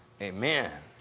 Amen